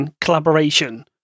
collaboration